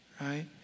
right